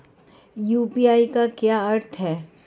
UPI का क्या अर्थ है?